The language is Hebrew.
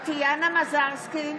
מזרסקי,